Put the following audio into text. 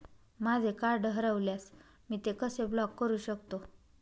माझे कार्ड हरवल्यास मी ते कसे ब्लॉक करु शकतो?